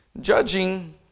judging